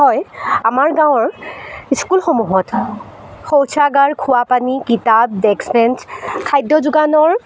হয় আমাৰ গাঁৱৰ স্কুলসমূহত শৌচাগাৰ খোৱাপানী কিতাপ ডেক্স বেঞ্চ খাদ্য যোগানৰ